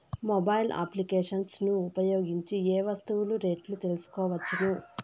Mobile applications ను ఉపయోగించి ఏ ఏ వస్తువులు రేట్లు తెలుసుకోవచ్చును?